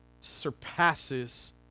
surpasses